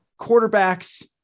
quarterbacks